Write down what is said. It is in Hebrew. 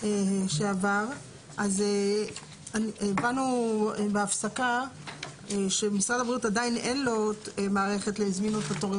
שעבר אז הבנו בהפסקה שלמשרד הבריאות עדיין אין מערכת לזמינות התורים